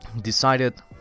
decided